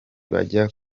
bajya